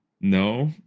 No